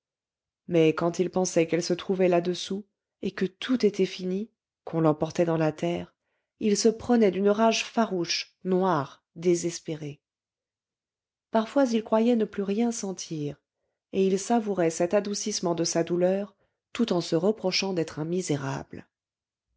mais quand il pensait qu'elle se trouvait là-dessous et que tout était fini qu'on l'emportait dans la terre il se prenait d'une rage farouche noire désespérée parfois il croyait ne plus rien sentir et il savourait cet adoucissement de sa douleur tout en se reprochant d'être un misérable